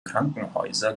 krankenhäuser